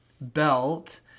belt